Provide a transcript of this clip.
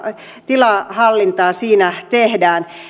tilahallintaa siinä tehdään